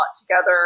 together